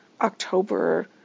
October